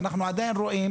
ואנחנו עדין רואים